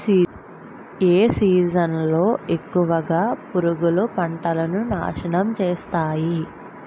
ఏ season లో ఎక్కువుగా పురుగులు పంటను నాశనం చేస్తాయి?